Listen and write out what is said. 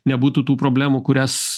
nebūtų tų problemų kurias